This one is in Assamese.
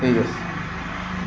ঠিক আছে